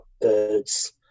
birds